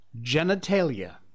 genitalia